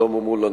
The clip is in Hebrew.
שלמה מולה,